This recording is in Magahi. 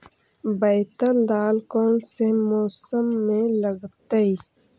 बैतल दाल कौन से मौसम में लगतैई?